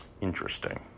Interesting